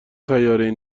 سیارهای